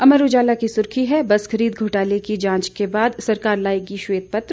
अमर उजाला की सुर्खी है बस खरीद घोटाले की जांच के बाद सरकार लाएगी श्वेत पत्र